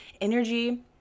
Energy